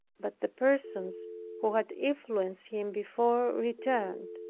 but the persons who had influenced him before returned.